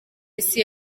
isi